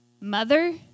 mother